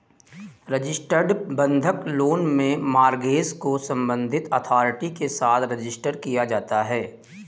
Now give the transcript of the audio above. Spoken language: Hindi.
रजिस्टर्ड बंधक लोन में मॉर्गेज को संबंधित अथॉरिटी के साथ रजिस्टर किया जाता है